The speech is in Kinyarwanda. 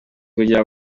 kugira